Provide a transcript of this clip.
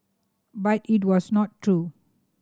but it was not true